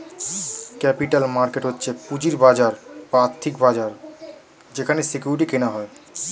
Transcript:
capital market হচ্ছে পুঁজির বাজার বা আর্থিক বাজার যেখানে সিকিউরিটি কেনা হয়